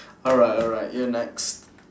alright alright you're next